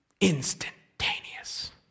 Instantaneous